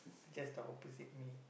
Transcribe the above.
I just the opposite me